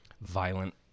violent